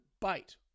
bite